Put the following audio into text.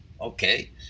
Okay